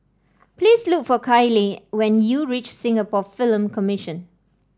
please look for Kyleigh when you reach Singapore Film Commission